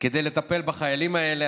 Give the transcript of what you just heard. כדי לטפל בחיילים האלה,